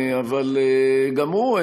אבל גם הוא,